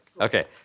Okay